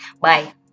Bye